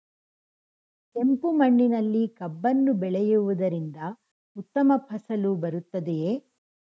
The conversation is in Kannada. ಕೆಂಪು ಮಣ್ಣಿನಲ್ಲಿ ಕಬ್ಬನ್ನು ಬೆಳೆಯವುದರಿಂದ ಉತ್ತಮ ಫಸಲು ಬರುತ್ತದೆಯೇ?